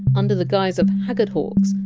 under the guise of haggard hawks,